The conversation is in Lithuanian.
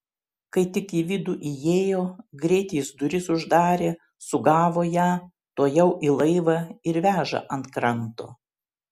kai tik į vidų įėjo greit jis duris uždarė sugavo ją tuojau į laivą ir veža ant kranto